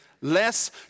Less